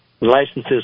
licenses